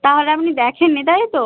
তাহলে আপনি দেখেননি তাই তো